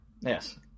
Yes